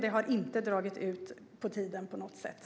Den har inte på något sätt dragit ut på tiden.